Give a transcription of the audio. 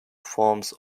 forms